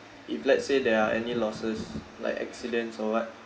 if let's say there are any losses like accidents or what